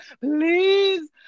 Please